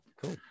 cool